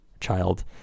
child